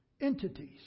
entities